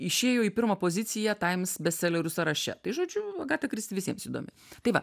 išėjo į pirmą poziciją times bestselerių sąraše tai žodžiu agata kristi visiems įdomi tai va